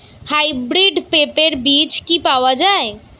Hybrid পেঁপের বীজ কি পাওয়া যায়?